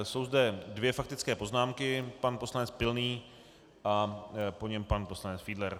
Jsou zde dvě faktické poznámky, pan poslanec Pilný a po něm pan poslanec Fiedler.